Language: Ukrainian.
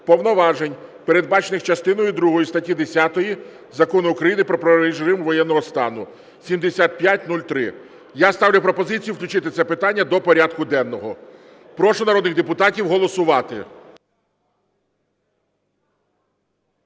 повноважень, передбачених частиною другою статті 10 Закону України "Про правовий режим воєнного стану" (7503). Я ставлю пропозицію включити це питання до порядку денного. Прошу народних депутатів голосувати.